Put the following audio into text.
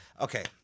okay